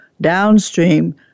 downstream